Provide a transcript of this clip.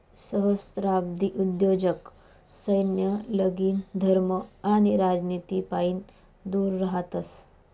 सहस्त्राब्दी उद्योजक सैन्य, लगीन, धर्म आणि राजनितीपाईन दूर रहातस